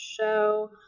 show